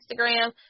Instagram